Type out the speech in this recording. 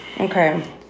Okay